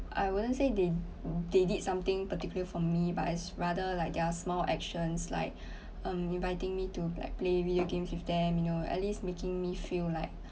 I wouldn't say they they did something particularly for me but is rather like their small actions like um inviting me to like play video games with them you know at least making me feel like